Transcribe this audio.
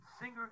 singer